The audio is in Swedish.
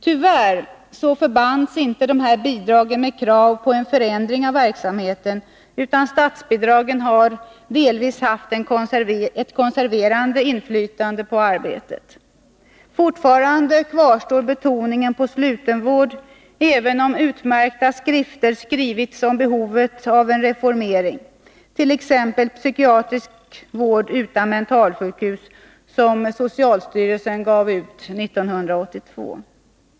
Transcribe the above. Tyvärr förbands inte dessa bidrag med krav på en förändring av verksamheten, utan statsbidragen har delvis haft ett konserverande inflytande på arbetet. Fortfarande kvarstår betoningen på slutenvård — även om det finns utmärkta skrifter om behovet av en reformering, t.ex. Psykiatrisk vård utan mentalsjukhus, som socialstyrelsen gav ut 1982.